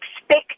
expect